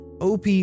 OP